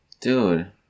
Dude